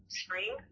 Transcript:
spring